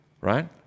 Right